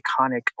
iconic